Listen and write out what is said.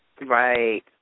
Right